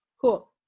Cool